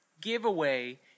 giveaway